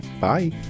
Bye